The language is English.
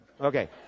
Okay